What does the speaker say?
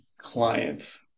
clients